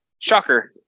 Shocker